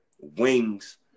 Wings